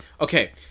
Okay